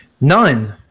None